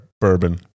bourbon